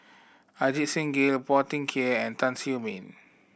Ajit Singh Gill Phua Thin Kiay and Tan Siew Sin